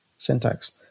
syntax